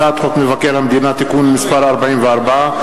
הצעת חוק מבקר המדינה (תיקון מס' 44),